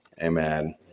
amen